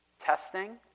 testing